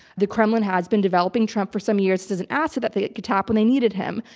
the kremlin has been developing trump for some years as an asset that they could tap when they needed him.